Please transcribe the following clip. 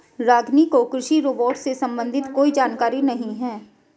रागिनी को कृषि रोबोट से संबंधित कोई जानकारी नहीं है